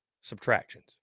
subtractions